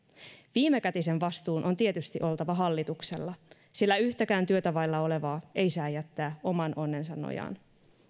viimekätisen vastuun on tietysti oltava hallituksella sillä yhtäkään työtä vailla olevaa ei saa jättää oman onnensa nojaa